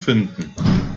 finden